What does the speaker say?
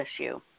issue